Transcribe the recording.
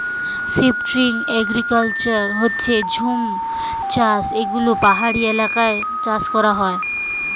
shifting agriculture হচ্ছে জুম চাষ যেগুলো পাহাড়ি এলাকায় করা হয়